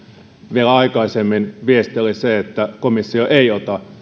vielä aikaisemmin viesti oli se että komissio ei ota